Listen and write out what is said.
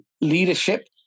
leadership